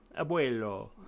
Abuelo